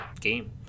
game